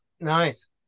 Nice